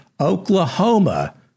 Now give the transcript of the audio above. Oklahoma